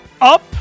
up